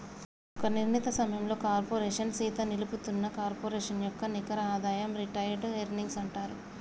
ఒక నిర్ణీత సమయంలో కార్పోరేషన్ సీత నిలుపుతున్న కార్పొరేషన్ యొక్క నికర ఆదాయం రిటైర్డ్ ఎర్నింగ్స్ అంటారు